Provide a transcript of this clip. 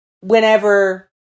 whenever